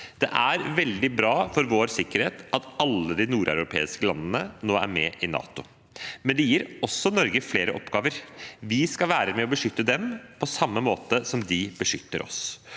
Det er veldig bra for vår sikkerhet at alle de nordeuropeiske landene nå er med i NATO, men det gir også Norge flere oppgaver. Vi skal være med og beskytte dem, på samme måte som de beskytter oss.